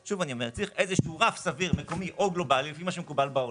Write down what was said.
אני אומר שוב שצריך איזה רף סביר מקומי או גלובלי לפי מה שמקובל בעולם